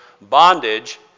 bondage